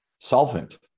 solvent